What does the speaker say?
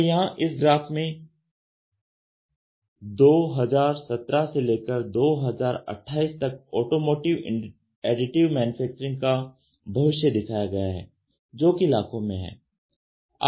तो यहां इस ग्राफ़ में 2017 से लेकर 2028 तक ओटोमोटिव एडिटिव मैन्युफैक्चरिंग का भविष्य दिखाया गया है जो कि लाखों में है